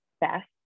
best